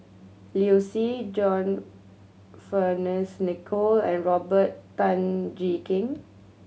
Liu Si John Fearns Nicoll and Robert Tan Jee Keng